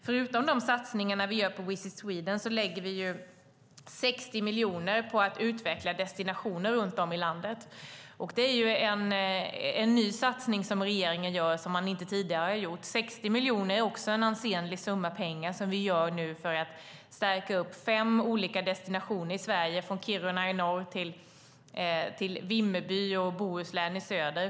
Förutom de satsningar vi gör på Visit Sweden lägger vi 60 miljoner på att utveckla destinationer runt om i landet. Det är en ny satsning som regeringen gör, som man inte tidigare har gjort. 60 miljoner är också en ansenlig summa pengar som vi ger för att stärka fem olika destinationer i Sverige, från Kiruna i norr till Vimmerby och Bohuslän i söder.